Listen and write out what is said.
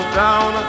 down